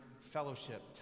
fellowship